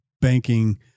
banking